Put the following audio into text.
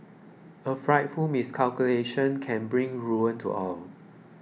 a frightful miscalculation can bring ruin to all